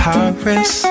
Paris